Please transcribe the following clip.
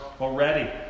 already